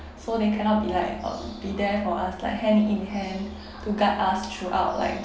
so they cannot be like uh be there for us like hand in hand to guide us throughout like